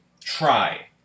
try